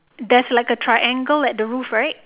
there's like a triangle at the roof right